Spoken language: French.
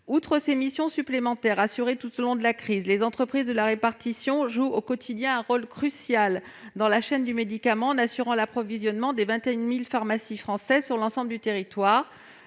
Outre ces missions supplémentaires assurées tout au long de la crise, les entreprises de la répartition pharmaceutique jouent au quotidien un rôle crucial dans la chaîne du médicament en assurant l'approvisionnement des 21 000 pharmacies françaises, sur l'ensemble du territoire.